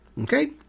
Okay